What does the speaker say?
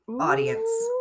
audience